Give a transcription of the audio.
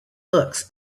books